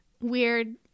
weird